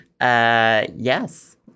Yes